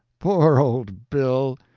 poor old bill!